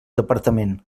departament